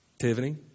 Tiffany